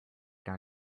down